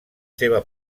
seva